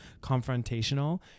confrontational